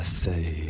say